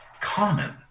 common